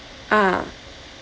ah